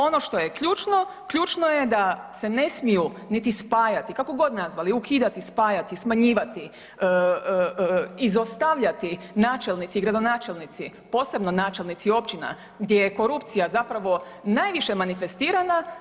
Ono što je ključno, ključno je da se ne smiju niti spajati, kako god nazvali ukidati, spajati, smanjivati, izostavljati načelnici, gradonačelnici, posebno načelnici općina gdje je korupcija zapravo najviše manifestirana.